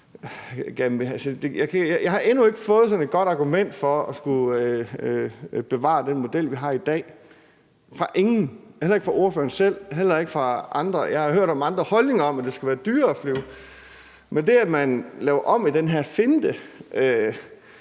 jeg endnu ikke er stødt på et godt argument for at skulle bevare den model, altså den, vi har i dag. Det har jeg ikke hørt fra nogen, hverken fra spørgeren eller fra andre. Jeg har hørt andre holdninger om, at det skal være dyrere at flyve, men det, at man laver om i den her finte,